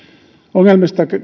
ongelmista